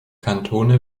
kantone